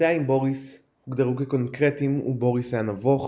יחסיה עם בוריס הוגדרו כקורקטיים ובוריס היה נבוך